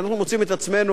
שאנחנו מוצאים את עצמנו,